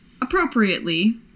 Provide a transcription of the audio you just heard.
appropriately